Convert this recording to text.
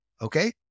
Okay